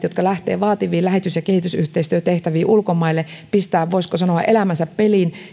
jotka lähtevät vaativiin lähetys ja kehitysyhteistyötehtäviin ulkomaille pistävät voisiko sanoa elämänsä peliin